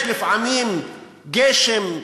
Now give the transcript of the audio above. יש לפעמים גשם,